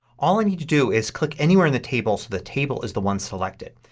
all i need to do is click anywhere in the table so the table is the one selected.